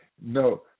no